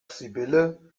sibylle